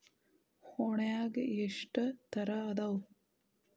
ಹೂನ್ಯಾಗ ಎಷ್ಟ ತರಾ ಅದಾವ್?